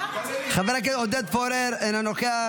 חבר הכנסת עודד פורר אינו נוכח,